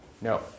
No